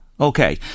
Okay